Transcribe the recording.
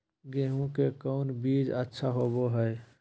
गेंहू के कौन बीज अच्छा होबो हाय?